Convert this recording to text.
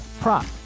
prop